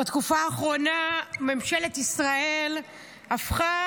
חברת הכנסת מירב בן ארי, בבקשה.